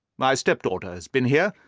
my stepdaughter has been here.